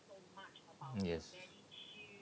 yes